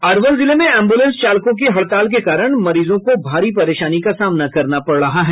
अरवल जिले में एम्बुलेंस चालकों की हड़ताल के कारण मरीजों को भारी परेशानी का सामना करना पड़ रहा है